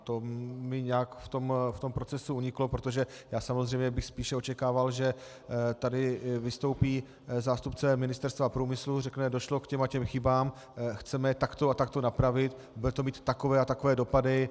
To mi nějak v tom procesu uniklo, protože já samozřejmě bych spíše očekával, že tady vystoupí zástupce Ministerstva průmyslu, řekne: došlo k těm a těm chybám, chceme je takto a takto napravit, bude to mít takové a takové dopady.